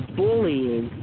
bullying